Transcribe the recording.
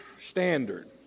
standard